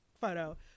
photo